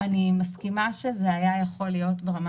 אני מסכימה שזה היה יכול להיות ברמה